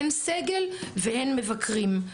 הן של הסגל והן של מבקרים.